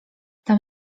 tam